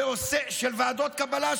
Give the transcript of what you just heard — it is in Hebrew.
של ועדות הקבלה,